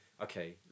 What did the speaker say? okay